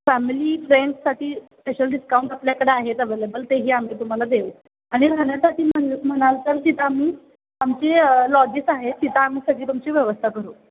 family फ्रेंडससाठी special discount आपल्याकडे आहेत अवेलेबल तेही आम्ही तुम्हाला देऊ आणि राहाण्यासाठी म्हण म्हणाल तर तिथं आम्ही आमचे लॉजेस आहेत तिथं आम्ही सगळी तुमची व्यवस्था करू